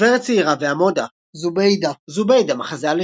- "גברת צעירה והמודה" زبيدة - "זוביידה" - מחזה על